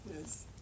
Yes